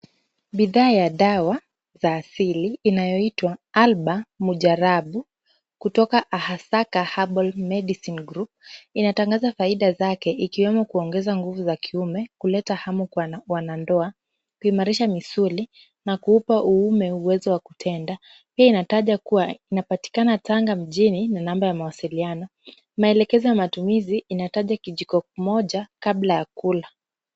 Bidhaa ya dawa za asili inayoitwa Albaa Mujarabu kutoka Ahasaka Herbal Medicine Group inatangaza faida zake ikiwemo kuongeza nguvu za kiume, kuleta hamu kwa wanandoa, kuimarisha misuli na kuupa uume uwezo wa kutenda. Pia inataja kuwa inapatikana tanga mjini na namba ya mawasiliano .Maelekezo ya matumizi inataja kijiko kimoja kabla ya kula.